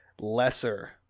lesser